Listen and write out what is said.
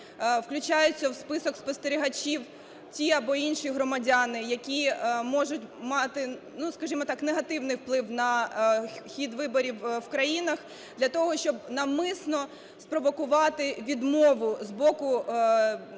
включаються в список спостерігачів ті або інші громадяни, які можуть мати, ну, скажімо так, негативний вплив на хід виборів в країнах, для того, щоб навмисно спровокувати відмову з боку країни,